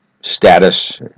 status